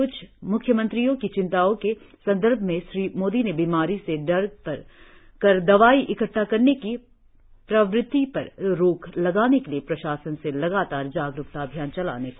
क्छ म्ख्यमंत्रियों की चिंताओं के संदर्भ में श्री मोदी ने बीमारी से डर कर दवाएं इकद्वा करने की प्रवृत्ति पर रोक लगाने के लिए प्रशासन से लगातार जागरूकता अभियान चलाने को कहा